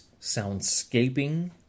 soundscaping